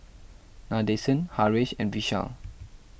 Nadesan Haresh and Vishal